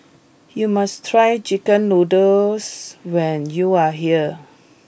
you must try Chicken Noodles when you are here